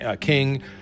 King